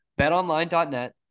Betonline.net